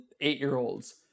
eight-year-olds